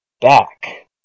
back